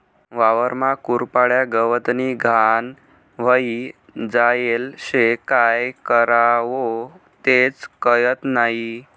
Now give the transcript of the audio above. वावरमा कुरपाड्या, गवतनी घाण व्हयी जायेल शे, काय करवो तेच कयत नही?